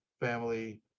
family